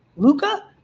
luca.